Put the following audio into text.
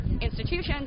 institutions